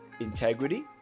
integrity